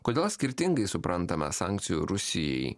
kodėl skirtingai suprantame sankcijų rusijai